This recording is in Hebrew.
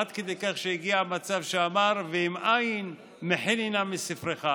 עד כדי כך שהגיע מצב שאמר "ואם אין מחני נא מספרך"